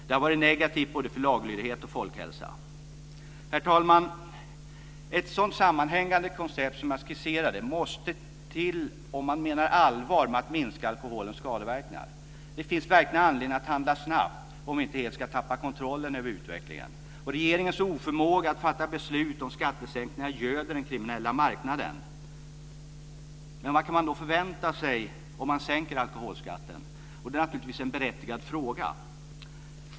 Det har varit negativt både för laglydighet och för folkhälsa. Herr talman! Ett sådant sammanhängande koncept som det jag skisserade måste till om man menar allvar med att minska alkoholens skadeverkningar. Det finns verkligen anledning att handla snabbt om vi inte helt ska tappa kontrollen över utvecklingen. Regeringens oförmåga att fatta beslut om skattesänkningar göder den kriminella marknaden. Vad kan man då förvänta sig om man sänker alkoholskatten? Det är naturligtvis en berättigad fråga.